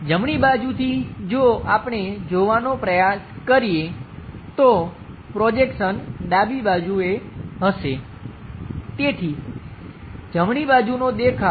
જમણી બાજુથી જો આપણે જોવાનો પ્રયાસ કરીએ તો પ્રોજેક્શન ડાબી બાજુ હશે તેથી જમણી બાજુનો દેખાવ